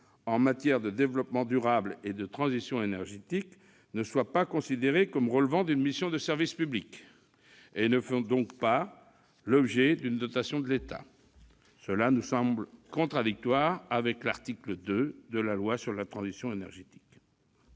en matière de développement durable et de transition énergétique ne soient pas considérées comme relevant d'une mission de service public et qu'elles ne fassent donc pas l'objet d'une dotation de l'État. Cela nous semble contradictoire avec l'article 2 de la loi relative à la transition énergétique